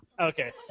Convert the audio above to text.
Okay